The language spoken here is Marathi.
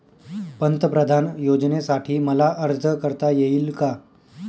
पंतप्रधान योजनेसाठी मला अर्ज करता येईल का?